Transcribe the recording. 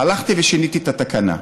הלכתי ושיניתי את התקנה.